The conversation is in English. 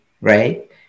right